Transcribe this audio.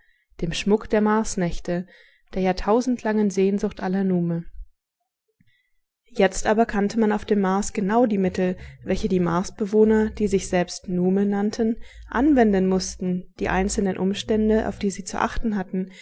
dem schmuck der marsnächte der jahrtausendlangen sehnsucht aller nume jetzt aber kannte man auf dem mars genau die mittel welche die marsbewohner die sich selbst nume nannten anwenden mußten die einzelnen umstände auf die sie zu achten hatten